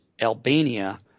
Albania